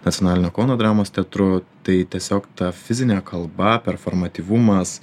nacionalinio kauno dramos teatru tai tiesiog ta fizinė kalba performatyvumas